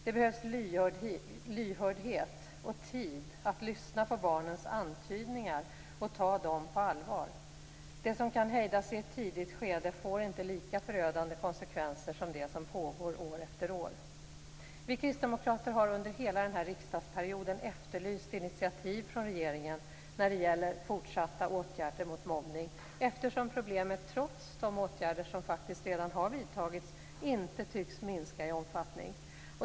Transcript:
Det behövs lyhördhet och tid att lyssna på barnens antydningar och ta dem på allvar. Det som kan hejdas i ett tidigt skede får inte lika förödande konsekvenser som det som pågår år efter år. Vi kristdemokrater har under hela den här riksdagsperioden efterlyst initiativ från regeringen när det gäller fortsatta åtgärder mot mobbning, eftersom problemet trots de åtgärder som faktiskt redan har vidtagits inte tycks minska i omfattning.